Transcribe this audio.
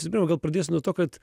visų pirma gal pradėsiu nuo to kad